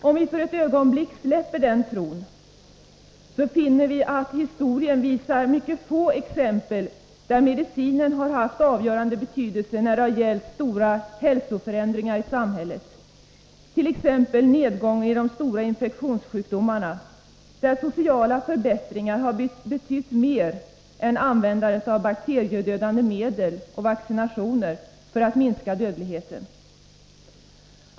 Om vi ett ögonblick släpper den tron, finner vi att historien uppvisar mycket få exempel på att medicinen har varit av avgörande betydelse när det gällt stora hälsoförändringar i samhället, t.ex. nedgången i fråga om de stora infektionssjukdomarna, där sociala förbättringar har betytt mer än användandet av bakteriedödande medel och vaccinationer för att minska dödligheten.